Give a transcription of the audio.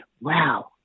wow